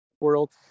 world